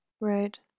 Right